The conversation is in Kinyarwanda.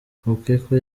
mfumukeko